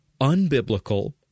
unbiblical